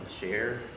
share